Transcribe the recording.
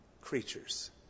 creatures